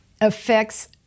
affects